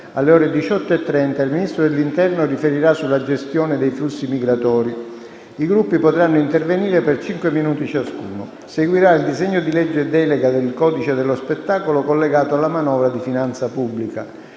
alle ore 18,30, il Ministro dell'interno riferirà sulla gestione dei flussi migratori. I Gruppi potranno intervenire per cinque minuti ciascuno. Seguirà il disegno di legge di delega per il codice dello spettacolo, collegato alla manovra di finanza pubblica.